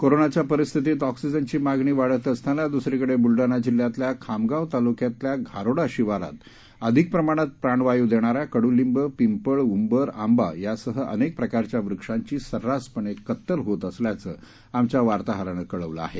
corona च्या परिस्थीतीत ऑक्सीजनची मागणी वाढत असतांना दुसरीकडे बुलडाणा जिल्ह्यातल्या खामगाव तालुक्यातल्या घारोडा शिवारात अधिक प्रमाणात प्राणवायू देणाऱ्या कडुलिंब पिंपळ ऊंबर आंबा यासह अनेक प्रकारच्या वृक्षांची सर्रासपणे कत्तल होत असल्याचं आमच्या वार्ताहरानं कळवलं आहे